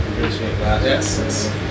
Yes